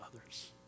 others